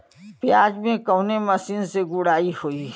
प्याज में कवने मशीन से गुड़ाई होई?